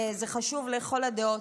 זה חשוב לכל הדעות,